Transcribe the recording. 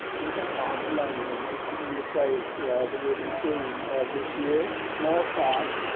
there was a lot of loneliness in the plays that we have been seeing this year. small casts.